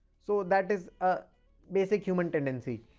so, that is a basic human tendency.